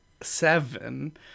seven